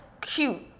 cute